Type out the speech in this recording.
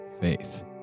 faith